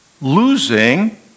losing